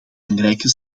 belangrijke